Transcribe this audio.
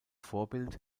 vorbild